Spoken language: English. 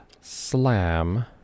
slam